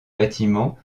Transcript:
bâtiments